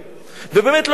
ובאמת, לא היתה עילה.